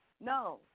no